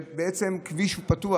וזה בעצם כביש פתוח.